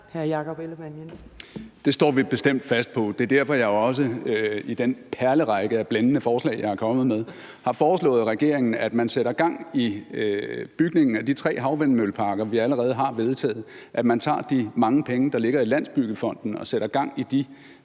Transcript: Det står vi bestemt fast på. Det er også derfor, jeg i den perlerække af blændende forslag, jeg er kommet med, har foreslået regeringen, at man sætter gang i bygningen af de tre havvindmølleparker, vi allerede har vedtaget, og at man tager de mange penge, der ligger i Landsbyggefonden, og sætter gang i de